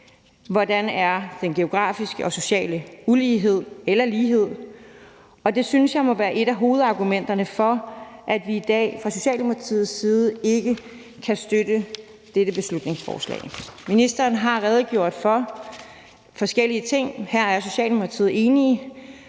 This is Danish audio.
hvordan den geografiske og sociale ulighed eller lighed er, og det synes jeg må være et af hovedargumenterne for, at vi i dag fra Socialdemokratiets side ikke kan støtte dette beslutningsforslag. Ministeren har redegjort for forskellige ting. Her er Socialdemokratiet enige.